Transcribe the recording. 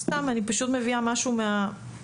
סתם אני פשוט מביאה משהו מעכשיו,